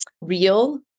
real